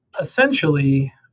essentially